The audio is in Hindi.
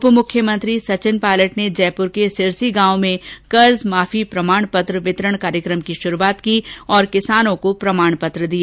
उपमुख्यमंत्री सचिन पायलट ने जयपुर के सिरसी गांव में कर्ज माफी प्रमाण पत्र कार्यक्रम की शुरूआत की और किसानों को प्रमाण पत्र दिए